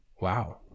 Wow